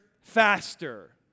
faster